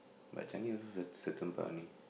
but Changi also cer~ certain part only